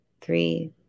three